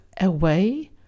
away